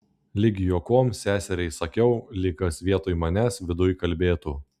lyg juokom seseriai sakiau lyg kas vietoj manęs viduj kalbėtų